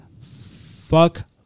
fuck